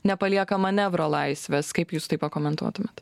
nepalieka manevro laisvės kaip jūs tai pakomentuotumėt